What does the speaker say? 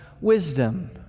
wisdom